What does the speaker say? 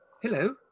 hello